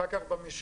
אחר כך במשלוחים,